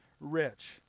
rich